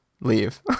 leave